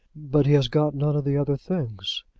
but he has got none of the other things.